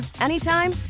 anytime